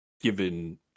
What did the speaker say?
given